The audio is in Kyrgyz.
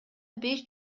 беш